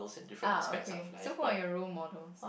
ah okay so who are your role models